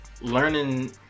learning